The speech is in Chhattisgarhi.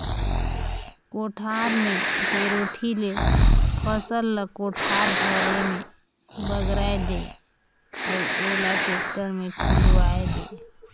कोठार मे पैरोठी ले फसल ल कोठार भरे मे बगराय दे अउ ओला टेक्टर मे खुंदवाये दे